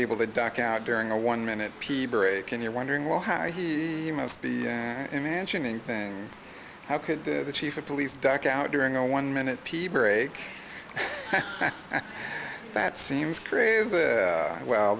able to dock out during a one minute pee break and you're wondering well how he must be and mansion and things how could the chief of police dock out during a one minute pee break that seems crazy well